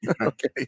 Okay